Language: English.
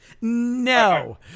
No